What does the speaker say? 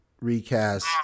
recast